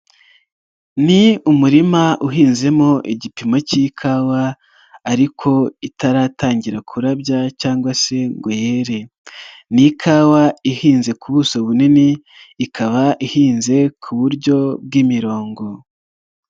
Ni umurima uhinzemo igipimo k'ikawa ariko itaratangira kurabya cyangwa se ngo yere, ni ikawa ihinze ku buso bunini ikaba ihinze ku buryo bw'imirongo.